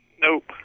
Nope